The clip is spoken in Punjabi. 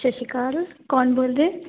ਸਤਿ ਸ਼੍ਰੀ ਅਕਾਲ ਕੌਣ ਬੋਲ ਰਹੇ